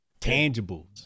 Tangibles